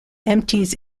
empties